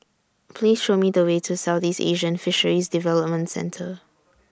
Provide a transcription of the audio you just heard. Please Show Me The Way to Southeast Asian Fisheries Development Centre